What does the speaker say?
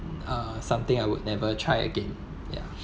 uh something I would never try again ya